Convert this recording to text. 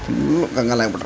full ಕಂಗಾಲ್ಯಾಗ್ಬಿಟ್ರು